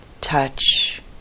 touch